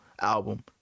album